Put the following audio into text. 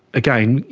again,